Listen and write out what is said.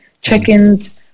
check-ins